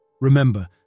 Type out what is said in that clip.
Remember